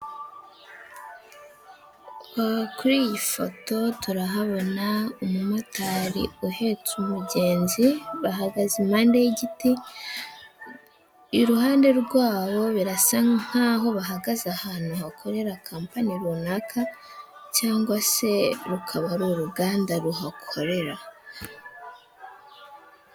Kuri iyi foto turahabona umumotari uhetse umugenzi bahagaze impande y'igiti. I ruhande rwabo birasa nk'aho bahagaze ahantu hakorera kampani runaka, cyangwa se rukaba ari uruganda ruhakorera.